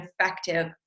effective